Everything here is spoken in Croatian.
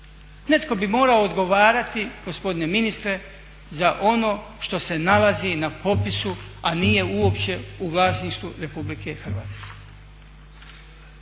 Netko bi morao odgovarati gospodine ministre za ono što se nalazi na popisu, a nije uopće u vlasništvu RH.